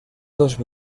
dos